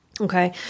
Okay